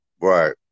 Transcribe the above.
Right